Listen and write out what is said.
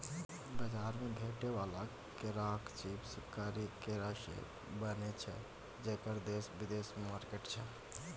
बजार मे भेटै बला केराक चिप्स करी केरासँ बनय छै जकर देश बिदेशमे मार्केट छै